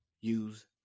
use